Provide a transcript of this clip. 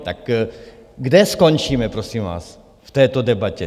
Tak kde skončíme, prosím vás, v této debatě?